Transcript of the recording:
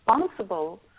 responsible